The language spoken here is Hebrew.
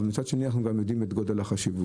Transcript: אבל מצד שני אנחנו גם יודעים את גודל החשיבות,